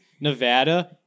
Nevada